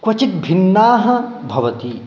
क्वचित् भिन्ना भवति